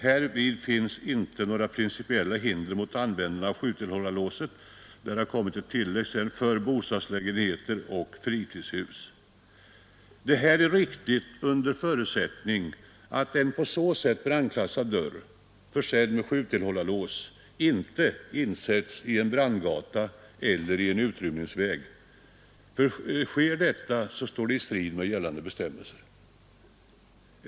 Härvid finns inte några principiella hinder mot användning av sjutillhållarlås” — där har det kommit tillägg sedan — ”för bostadslägenheter och fritidshus.” Detta är riktigt under förutsättning att en på så sätt brandklassad dörr — försedd med sjutillhållarlås — inte insätts i en brandgata eller i en utrymningsväg. Sker detta, står det i strid mot gällande bestämmelser.